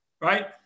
right